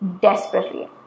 desperately